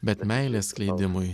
bet meilės skleidimui